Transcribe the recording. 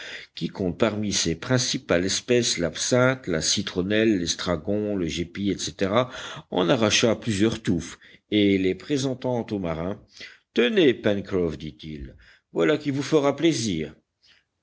qui compte parmi ses principales espèces l'absinthe la citronnelle l'estragon le gépi etc en arracha plusieurs touffes et les présentant au marin tenez pencroff dit-il voilà qui vous fera plaisir